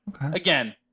again